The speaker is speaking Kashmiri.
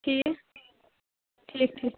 ٹھیٖک ٹھیٖک ٹھیٖک